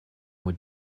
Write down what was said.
with